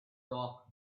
talk